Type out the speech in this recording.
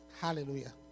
hallelujah